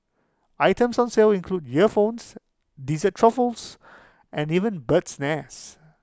items on sale include earphones dessert truffles and even bird's nest